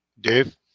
Dave